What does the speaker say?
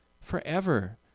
forever